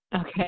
Okay